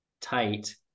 tight